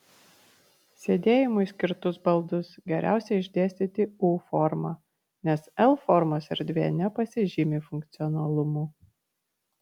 sėdėjimui skirtus baldus geriausia išdėstyti u forma nes l formos erdvė nepasižymi funkcionalumu